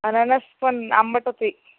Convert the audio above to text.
अननस पण आंबटच आहे